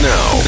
Now